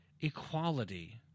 equality